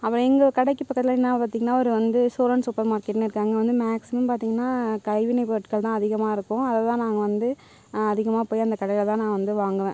அப்புறம் எங்கள் கடைக்கு பக்கத்தில் என்ன பார்த்திங்கன்னா ஒரு வந்து சோழன் சூப்பர் மார்கெட்ன்னு இருக்குது அங்கே வந்து மேக்ஸிமம் பார்த்திங்கன்னா கைவினைப் பொருட்கள்தான் அதிகமாயிருக்கும் அதை தான் நாங்கள் வந்து நான் அதிகமாக போய் அந்த கடையில் தான் நான் வந்து வாங்குவேன்